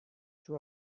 two